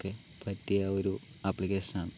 ഒക്കെ പറ്റിയ ഒരു ആപ്ലിക്കേഷനാണ്